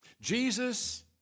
Jesus